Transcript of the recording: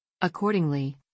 Accordingly